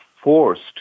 forced